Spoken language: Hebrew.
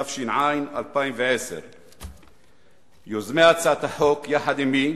התש"ע 2010. יוזמי הצעת החוק יחד עמי: